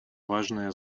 важное